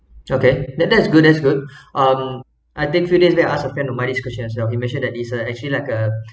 okay that that's good that's good um I think few days back I ask my friends a money question he mentioned that he is uh actually like uh